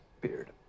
beard